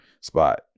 spot